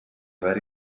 haver